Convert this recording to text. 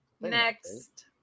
next